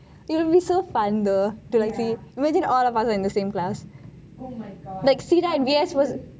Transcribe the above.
it will be so fun though to have you imagine if all of us are in the same class like cedar ~